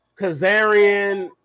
Kazarian